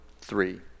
three